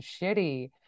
shitty